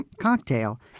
cocktail